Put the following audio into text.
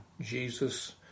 jesus